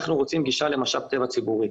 אנחנו רוצים גישה למשאב טבע ציבורי.